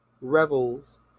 revels